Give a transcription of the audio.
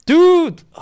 Dude